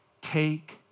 Take